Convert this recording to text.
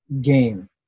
gain